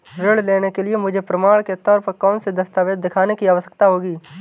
ऋृण लेने के लिए मुझे प्रमाण के तौर पर कौनसे दस्तावेज़ दिखाने की आवश्कता होगी?